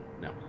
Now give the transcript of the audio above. no